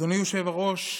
אדוני היושב-ראש,